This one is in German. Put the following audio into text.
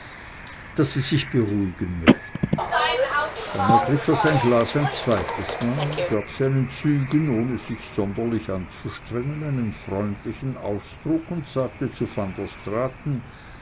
daß sie sich beruhigen möchten dann ergriff er sein glas ein zweites mal gab seinen zügen ohne sich sonderlich anzustrengen einen freundlichen ausdruck und sagte zu